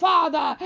Father